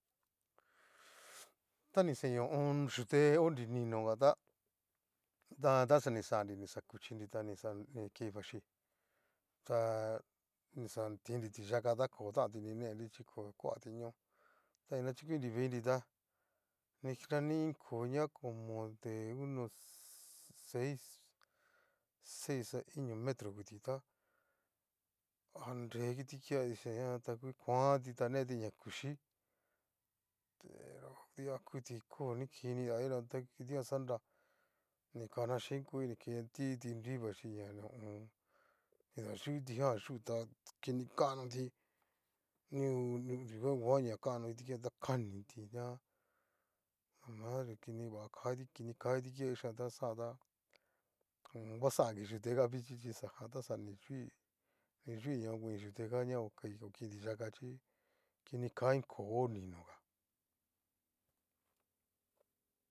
Tanixain ho o on. yute ho nri nino kata tajan ta xa ni xanri kuchinri ta nixa ni kei vexhí, ta ni xan tinri tiyaka tá kotanti nedri chí ko kuati ñoo, ta nachukuinri veinri tá, ni nanei iin koo ña como de unos seis, seis a iño metro nguti tá, nga ree kiti kiadichi jan ta ku kuanti ta neti ña kuchí pero dia kuti koo ni kidadiablojan tá, kitijan xanra ni kanachín koi ni ketí titu tinrui vechí ña nidayu kitijan yu, ta kini kanoti ni odu ni oduga nguan ña kano kiti kiashijan, ta kaniti ña la madre kiniva katí kini ka kiti kiadichijan táxajan tá ho o on. va xangi yute jan vichí chí xajan tá xa ni yui xani yui ña okoin yute ka ña okai konkein tiyaka ka chí kinika iin koo ho niño ká.